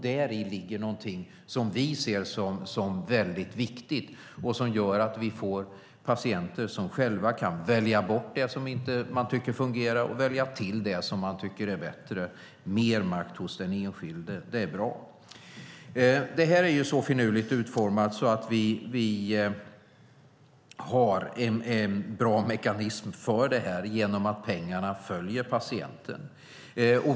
Däri ligger något viktigt, nämligen att patienter själva kan välja bort det de inte tycker fungerar och välja till det de tycker är bättre. Det är fråga om mer makt hos den enskilde. Det är bra. Vårdvalet är så finurligt utformat att det finns en bra mekanism såtillvida att pengarna följer patienten.